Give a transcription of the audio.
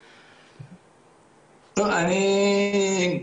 לקבוצות ללא עישון,